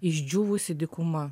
išdžiūvusi dykuma